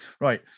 Right